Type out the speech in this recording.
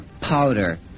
powder